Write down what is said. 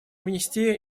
внести